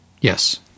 Yes